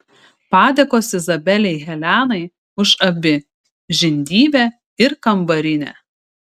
padėkos izabelei helenai už abi žindyvę ir kambarinę